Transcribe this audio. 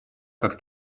как